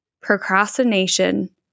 procrastination